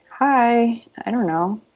hi, i don't know.